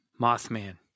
Mothman